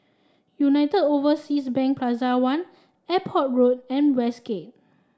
United Overseas Bank Plaza One Airport Road and Westgate